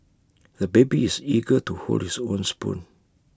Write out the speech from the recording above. the baby is eager to hold his own spoon